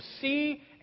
see